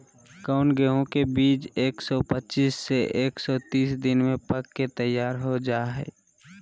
कौन गेंहू के बीज एक सौ पच्चीस से एक सौ तीस दिन में पक के तैयार हो जा हाय?